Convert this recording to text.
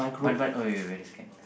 but but oh wait wait wait a second